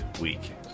week